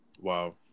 Wow